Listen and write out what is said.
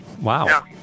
Wow